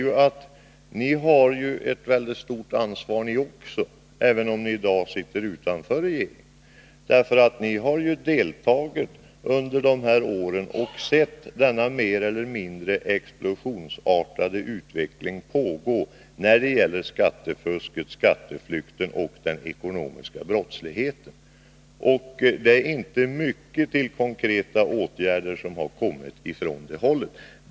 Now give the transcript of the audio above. Också ni moderater har ett mycket stort ansvar, även om ni i dag sitter utanför regeringen. Ni har ju deltagit under dessa år och sett denna mer eller mindre explosionsartade utveckling pågå när det gäller skattefusket, skatteflykten och den ekonomiska brottsligheten. Det är inte mycket till konkreta åtgärder som har kommit från det hållet.